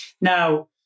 Now